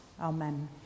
Amen